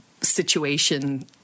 situation